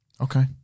Okay